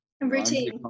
routine